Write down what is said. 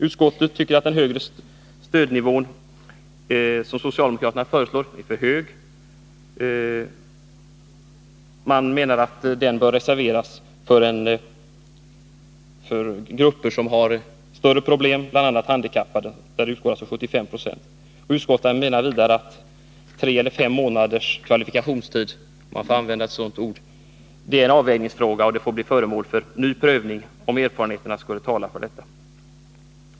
Utskottet tycker att den högre stödnivå som socialdemokraterna föreslår är för hög och menar att den bör reserveras för grupper som har större problem, bl.a. handikappade, där stödnivån alltså är 75 90. Utskottet menar vidare att tre eller fem månaders ”kvalifikationstid” — om man får använda ett sådant ord — är en avvägningsfråga och får bli föremål för ny prövning om erfarenheterna skulle tala för detta.